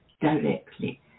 directly